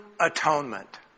atonement